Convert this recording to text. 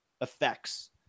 effects